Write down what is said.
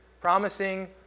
Promising